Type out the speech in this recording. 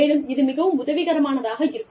மேலும் இது மிகவும் உதவிக்கரமானதாக இருக்கும்